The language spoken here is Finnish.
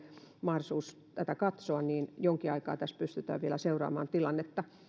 mahdollisuus tätä katsoa niin jonkin aikaa tässä pystytään vielä seuraamaan tilannetta